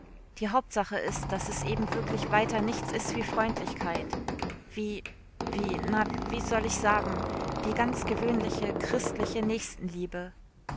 die hauptsache is daß es eben wirklich weiter nichts is wie freundlichkeit wie wie na wie soll ich sagen wie ganz gewöhnliche christliche nächstenliebe